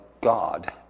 God